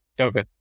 Okay